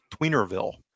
Tweenerville